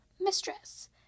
mistress